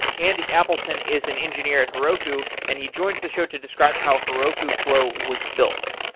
andy appleton is an engineer at heroku and he joins the show to describe how heroku flow was built.